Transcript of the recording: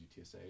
UTSA